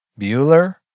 Bueller